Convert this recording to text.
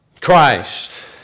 Christ